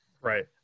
Right